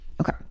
Okay